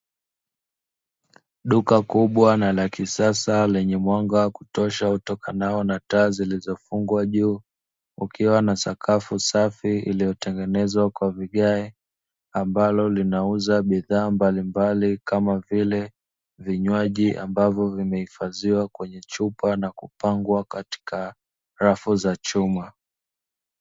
Duka kubwa na la kisasa lenye mwanga kutosha utokao na taa zilizo fungwa, juu kukiwa na sakafu safi iliyotengenezwa kwa vigae, ambalo linauza bidhaa mbalimbali kama vile vinywaji ambavyo vimehifadhiwa kwenye chupa na kupangwa katika rafu za chuma.